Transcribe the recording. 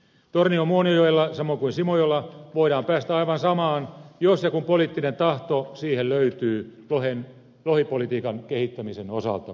tornion muonionjoella samoin kuin simojoella voimaan päästä aivan samaan jos joku poliittinen tahto siihen löytyy lohipolitiikan kehittämisen osalta